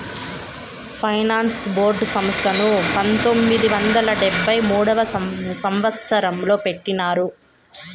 finance board సంస్థను పంతొమ్మిది వందల డెబ్భై మూడవ సంవచ్చరంలో పెట్టినారు